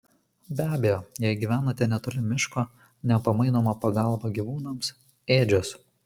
be abejo jei gyvenate netoli miško nepamainoma pagalba gyvūnams ėdžios